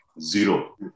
zero